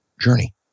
journey